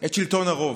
את שלטון הרוב.